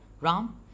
Ram